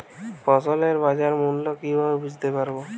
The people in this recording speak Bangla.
ফসলের বাজার মূল্য কিভাবে বুঝতে পারব?